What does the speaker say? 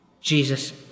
Jesus